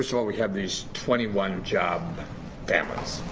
of so all we have these twenty one job families.